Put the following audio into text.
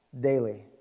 daily